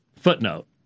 Footnote